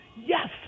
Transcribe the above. Yes